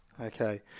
Okay